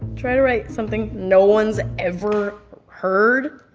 try to write something no one's ever heard?